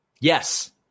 Yes